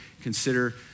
consider